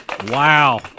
Wow